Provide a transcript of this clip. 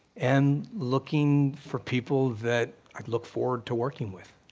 and looking for people that i look forward to working with.